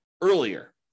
earlier